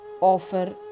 offer